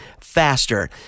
faster